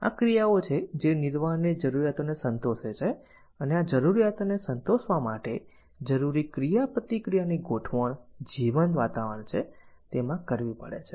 આ ક્રિયાઓ છે જે નિર્વાહની જરૂરિયાતોને સંતોષે છે અને આ જરૂરિયાતને સંતોષવા માટે જરૂરી ક્રિયાપ્રતિક્રિયા ની ગોઠવણ જીવંત વાતાવરણ છે માં કરવી પડે છે